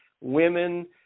women